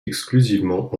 exclusivement